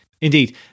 Indeed